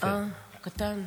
--- הוא קטן.